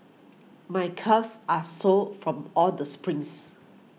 my calves are sore from all the sprints